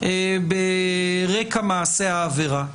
ברקע מעשי העבירה,